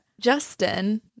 Justin